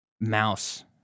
Mouse